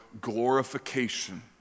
glorification